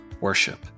worship